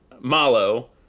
Malo